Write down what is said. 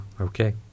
okay